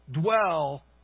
dwell